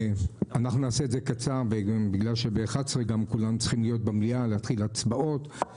נעשה את זה קצר בגלל שב-11:00 כולם צריכים להיות במליאה ולהתחיל הצבעות.